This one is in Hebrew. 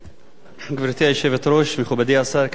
גברתי היושבת-ראש, מכובדי השר, כנסת נכבדה,